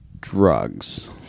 drugs